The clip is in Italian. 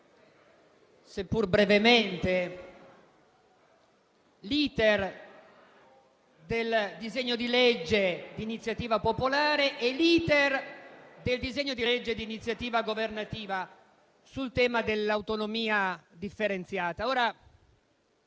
seppur brevemente, l'*iter* del disegno di legge di iniziativa popolare e l'*iter* del disegno di legge di iniziativa governativa sul tema dell'autonomia differenziata.